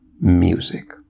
music